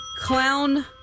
Clown